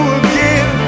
again